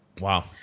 Wow